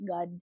God